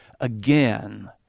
again